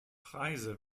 preise